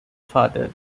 father